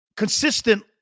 Consistent